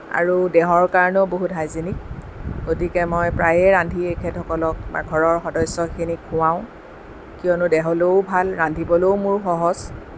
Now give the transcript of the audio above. আৰু দেহৰ কাৰণেও বহুত হায়জেনিক গতিকে মই প্ৰায়েই ৰান্ধি এখেতসকলক বা ঘৰৰ সদস্যখিনিক খুৱাওঁ কিয়নো দেহলৈও ভাল ৰান্ধিবলৈও মোৰ সহজ